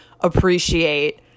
appreciate